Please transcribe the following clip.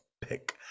pick